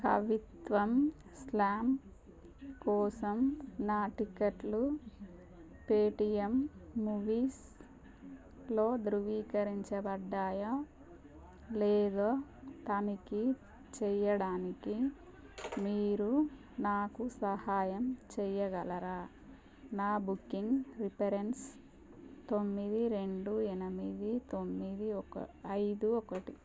కవిత్వం స్లామ్ కోసం నా టిక్కెట్లు పేటీఎం మూవీస్లో ధృవీకరించబడ్డాయా లేదో తనిఖీ చెయ్యడానికి మీరు నాకు సహాయం చెయ్యగలరా నా బుకింగ్ రిపరెన్స్ తొమ్మిది రెండు ఎనిమిది తొమ్మిది ఐదు ఒకటి